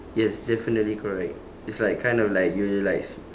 yes definitely correct it's like kind of like you like